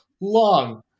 long